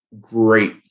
great